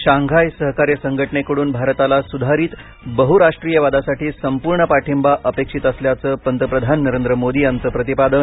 Shanghai सहकार्य संघटनेकडून भारताला सुधारित बहुराष्ट्रीयवादासाठी संपूर्ण पाठिंबा अपेक्षित असल्याचं पंतप्रधान नरेंद्र मोदी यांचं प्रतिपादन